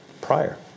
prior